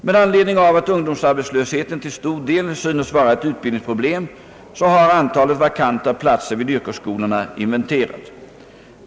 Med anledning av att ungdomsarbetslösheten till stor del synes vara ett utbildningsproblem har antalet vakanta platser vid yrkesskolorna inventerats.